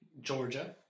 Georgia